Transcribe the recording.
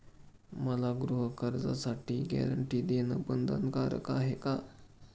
मला गृहकर्जासाठी गॅरंटी देणं बंधनकारक आहे का?